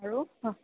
আৰু